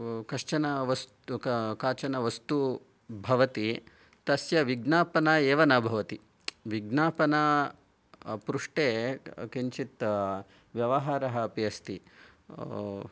कश्चनः वस् काचन वस्तु भवति तस्य विज्ञापना एव न भवति विज्ञापना पृष्टे किञ्चित् व्यवहारः अपि अस्ति